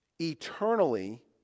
eternally